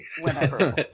whenever